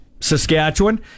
Saskatchewan